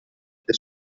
che